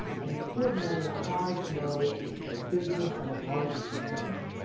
and importantly, the highs and lows of business and of life in general.